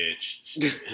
Bitch